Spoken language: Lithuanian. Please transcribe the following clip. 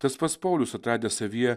tas pats paulius atradęs savyje